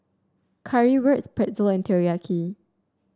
Currywurst Pretzel and Teriyaki